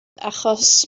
achos